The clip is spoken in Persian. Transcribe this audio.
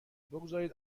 بگذارید